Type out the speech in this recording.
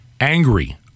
angry